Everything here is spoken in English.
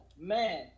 man